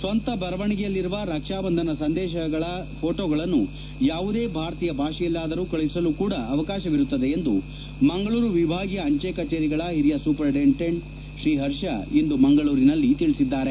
ಸ್ವಂತ ಬರವಣಿಗೆಯಲ್ಲಿರುವ ರಕ್ಷಾ ಬಂಧನ ಸಂದೇಶಗಳ ಘೋಟೋಗಳನ್ನು ಯಾವುದೇ ಭಾರತೀಯ ಭಾಷೆಯಲ್ಲಾದರೂ ಕಳಿಸಲು ಕೂಡ ಅವಕಾಶವಿರುತ್ತದೆ ಎಂದು ಮಂಗಳೂರು ವಿಭಾಗೀಯ ಅಂಜೆ ಕಚೇರಿಗಳ ಹಿರಿಯ ಸೂಪರಿಂಟೆಂಡೆಂಟ್ ತ್ರೀ ಪರ್ಷ ಇಂದು ಮಂಗಳೂರಿನಲ್ಲಿ ತಿಳಿಸಿದ್ದಾರೆ